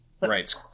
Right